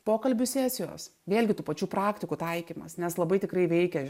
pokalbių sesijos vėlgi tų pačių praktikų taikymas nes labai tikrai veikia